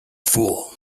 fool